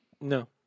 No